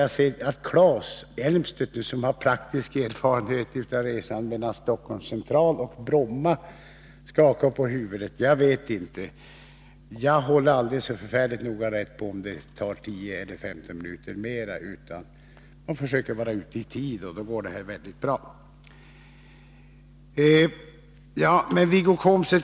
Jag ser att Claes Elmstedt, som har praktisk erfarenhet av resan mellan Stockholms central och Bromma flygplats, skakar på huvudet. Jag vet inte — jag håller aldrig så förfärligt noga reda på om det tar 10 eller 15 minuter mer. Jag försöker vara ute i tid, och då går det väldigt bra.